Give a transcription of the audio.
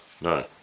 no